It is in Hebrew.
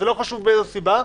לא חשוב מאיזו סיבה,